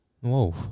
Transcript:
Whoa